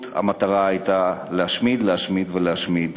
והמטרה שלו הייתה פשוט להשמיד, להשמיד ולהשמיד.